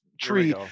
tree